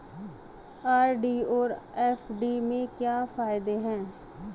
RD और FD के क्या फायदे हैं?